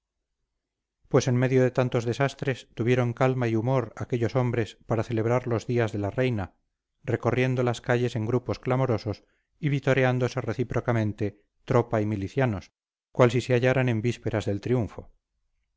pues en medio de tantos desastres tuvieron calma y humor aquellos hombres para celebrar los días de la reina recorriendo las calles en grupos clamorosos y vitoreándose recíprocamente tropa y milicianos cual si se hallaran en vísperas del triunfo